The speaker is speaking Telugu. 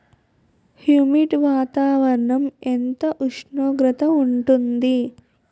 హ్యుమిడ్ వాతావరణం ఎంత ఉష్ణోగ్రత ఉంటుంది?